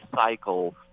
cycle